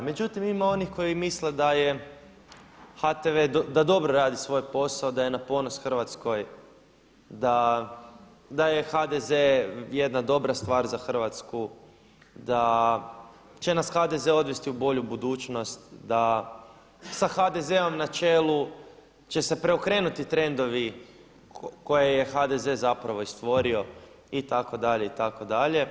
Međutim ima onih koji misle da je HTV da dobro radi svoj posao, da je na ponos Hrvatskoj, a da je HDZ jedna dobra stvar za Hrvatsku, da će nas HDZ odvesti u bolju budućnost, da sa HDZ-om na čelu će se preokrenuti trendovi koje je HDZ i stvorio itd., itd.